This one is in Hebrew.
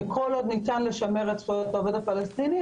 שכל עוד ניתן לשמר את זכויות העובד הפלסטיני,